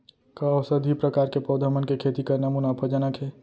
का औषधीय प्रकार के पौधा मन के खेती करना मुनाफाजनक हे?